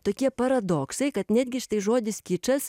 tokie paradoksai kad netgi štai žodis kičas